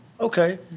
Okay